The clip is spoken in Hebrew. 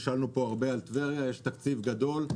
יש תקציב גדול,